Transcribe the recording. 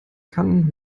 kann